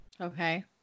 Okay